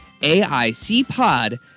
AICPOD